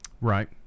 Right